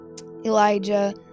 Elijah